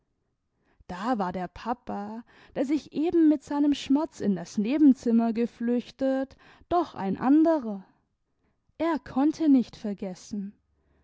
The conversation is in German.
da war der papa der sich eben mit seinem schmerz in das nebenzimmer geflüchtet doch ein anderer er konnte nicht vergessen